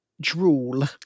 drool